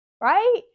right